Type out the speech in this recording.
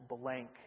blank